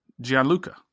Gianluca